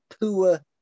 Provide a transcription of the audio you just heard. poor